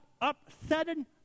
upsetting